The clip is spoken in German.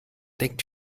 denkt